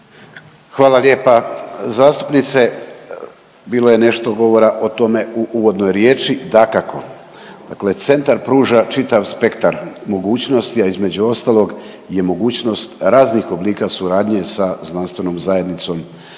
Hvala lijepa zastupnice, bilo je nešto govora o tomu u uvodnoj riječi. Dakako, dakle centra pruža čitav spektar mogućnosti, a između ostalog je mogućnost raznih oblika suradnje sa znanstvenom zajednicom,